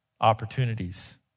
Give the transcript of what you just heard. opportunities